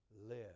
live